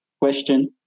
question